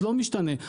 לא משתנה,